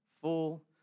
Full